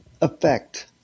effect